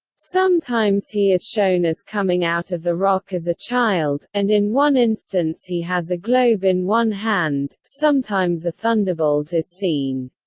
sometimes he is shown as coming out of the rock as a child, and in one instance he has a globe in one hand sometimes a thunderbolt is seen.